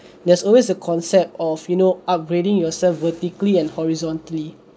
there's always a concept of you know upgrading yourself vertically and horizontally